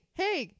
hey